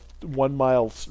one-mile